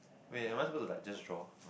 wait am I supposed to like just draw